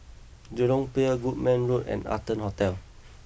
Jurong Pier Goodman Road and Arton Hotel